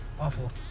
Awful